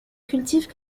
cultive